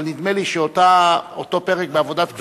אבל נדמה לי שאותו פרק בעבודת כפייה,